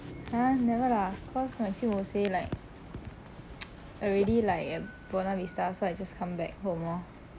!huh! never lah cause my 舅母 say like already like at buona vista so I just come back home lor